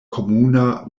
komuna